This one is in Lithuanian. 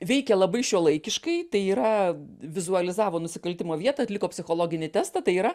veikė labai šiuolaikiškai tai yra vizualizavo nusikaltimo vietą atliko psichologinį testą tai yra